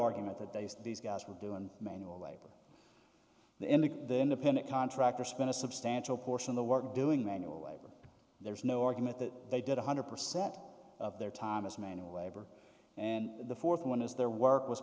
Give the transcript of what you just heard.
argument that they used these guys were doing manual labor in the the independent contractor spent a substantial portion of the work doing manual labor there's no argument that they did one hundred percent of their time as manual labor and the fourth one is their work was